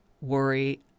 worry